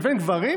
גברים,